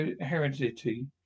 Heredity